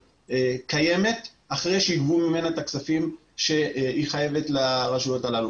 קיימת אחרי שיגבו ממנה את הכספים שהיא חייבת לרשויות הללו.